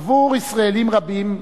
עבור ישראלים רבים,